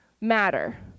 matter